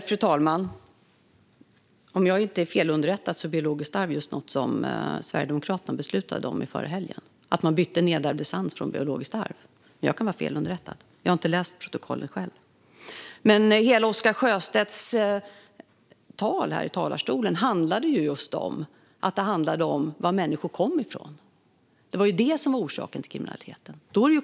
Fru talman! Om jag inte är felunderrättad var biologiskt arv just något som Sverigedemokraterna beslutade om i förra helgen då man bytte ut "nedärvd essens" mot "biologiskt arv". Jag kan dock vara felunderrättad, för jag har inte läst protokollet. Hela Oscar Sjöstedts huvudanförande handlade om var människor kommer från och att det är orsaken till kriminaliteten.